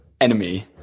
enemy